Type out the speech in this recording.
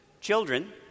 Children